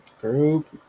Group